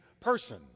person